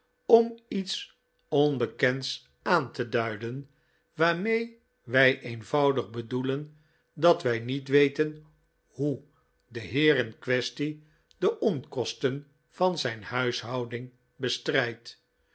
om iets onbekends aan te duiden waarmee wij eenvoudig bedoelen dat wij niet weten hoe de heer in quaestie de onkosten van zijn huishouding bestrijdt